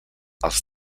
els